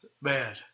man